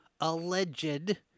alleged